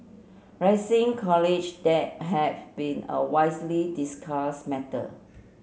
rising college debt have been a widely discuss matter